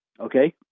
Okay